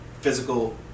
physical